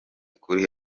kuri